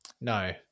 No